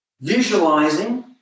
visualizing